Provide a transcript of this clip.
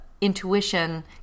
intuition